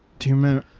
do you merr